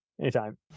Anytime